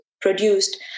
produced